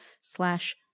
slash